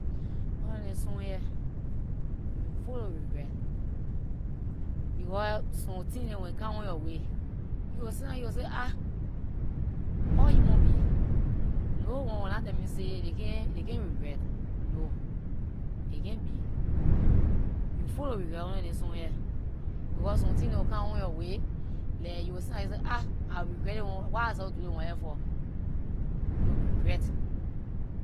Under neath this sun here, you force to regret, because some things dem when it come on yor way, you will sit down you will say ahh! All human being, no one will nah tell me say they can't they can't regret, no, aay can't be, you force to regret under this sun here because some thing dem will come on yor way; like you will sit down and say ahh! I regret this one, why I suppose to do this one here for. You will regret.